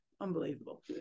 unbelievable